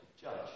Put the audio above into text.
judge